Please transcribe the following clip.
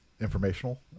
informational